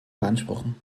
beanspruchen